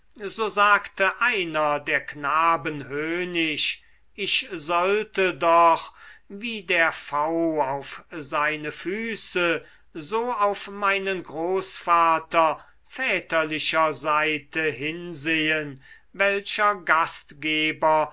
so sagte einer der knaben höhnisch ich sollte doch wie der pfau auf seine füße so auf meinen großvater väterlicher seite hinsehen welcher gastgeber